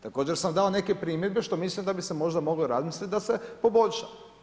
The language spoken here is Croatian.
Također sam dao neke primjedbe što mislim da bi se moglo možda razmisliti da se poboljša.